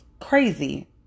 crazy